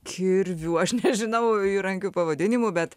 kirvių aš nežinau įrankių pavadinimų bet